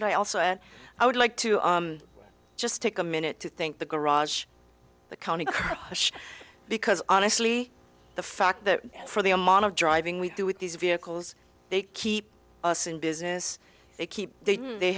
that i also and i would like to just take a minute to think the garage the county because honestly the fact that for the amount of driving we do with these vehicles they keep us in business they keep they they